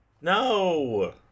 No